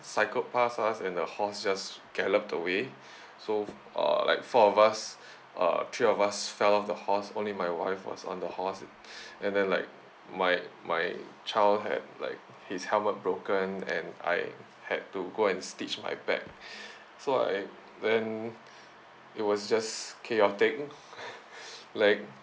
cycled pass us and the horse just galloped away so uh like four of us uh three of us fell off the horse only my wife was on the horse and then like my my child had like his helmet broken and I had to go and stitch my back so I then it was just chaotic like